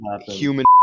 human